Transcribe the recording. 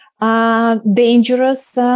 dangerous